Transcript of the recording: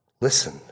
listen